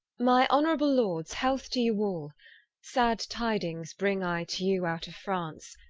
my honourable lords, health to you all sad tidings bring i to you out of france,